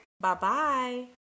Bye-bye